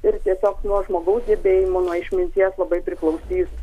ir tiesiog nuo žmogaus gebėjimų nuo išminties labai priklausys